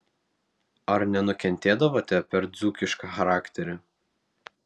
ar nenukentėdavote per dzūkišką charakterį